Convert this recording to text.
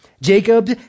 Jacob